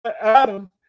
Adam